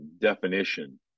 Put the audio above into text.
definition